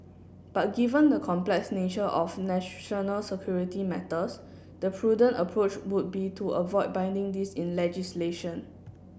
but given the complex nature of national security matters the prudent approach would be to avoid binding this in legislation